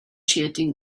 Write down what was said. chanting